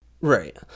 right